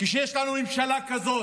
כשיש לנו ממשלה כזאת,